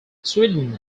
sweden